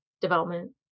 development